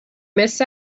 miss